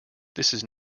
this